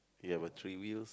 ya but three wheels